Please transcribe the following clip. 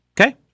Okay